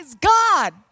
God